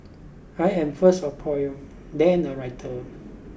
I am first a poet then a writer